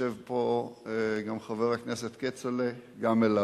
יושב פה גם חבר הכנסת כצל'ה, גם אליו.